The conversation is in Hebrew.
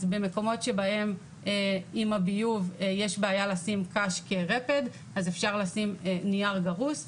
במקומות שבהם עם הביוב יש בעיה לשים קש כרפד אז אפשר לשים נייר גרוס.